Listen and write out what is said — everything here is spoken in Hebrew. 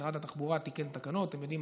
משרד התחבורה תיקן תקנות: אתם יודעים,